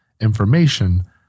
information